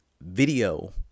video